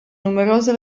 numerose